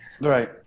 Right